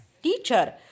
Teacher